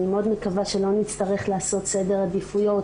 אני מקווה שלא נצטרך לעשות סדר עדיפויות